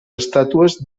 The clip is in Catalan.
estàtues